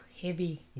heavy